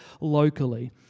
locally